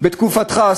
בתקופתך,